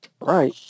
Right